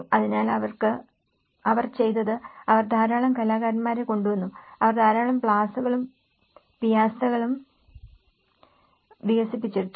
അതിനാൽ അവർ ചെയ്തത് അവർ ധാരാളം കലാകാരന്മാരെ കൊണ്ടുവന്നു അവർ ധാരാളം പ്ലാസകളും പിയാസകളും വികസിപ്പിച്ചെടുത്തു